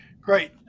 Great